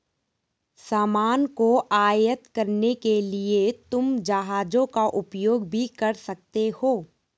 सामान को आयात करने के लिए तुम जहाजों का उपयोग भी कर सकते हो